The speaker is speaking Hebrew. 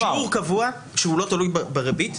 שיעור קבוע שהוא לא תלוי בריבית,